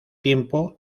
tiempo